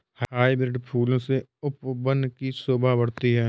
hybrid फूलों से उपवन की शोभा बढ़ती है